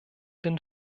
den